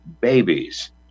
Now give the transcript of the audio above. babies